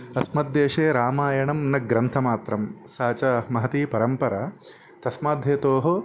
अस्मद्देशे रामायणं न ग्रन्थमात्रं सा च महती परम्परा तस्माध्हेतोः